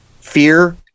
fear